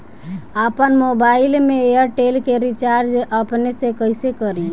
आपन मोबाइल में एयरटेल के रिचार्ज अपने से कइसे करि?